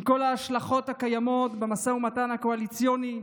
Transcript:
עם כל ההשלכות הקיימות במשא ומתן הקואליציוני,